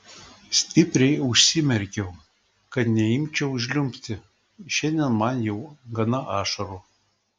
stipriai užsimerkiau kad neimčiau žliumbti šiandien man jau gana ašarų